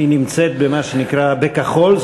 היא נמצאת במה שנקרא בכחול,